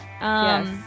Yes